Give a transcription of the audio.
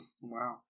wow